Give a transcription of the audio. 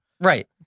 Right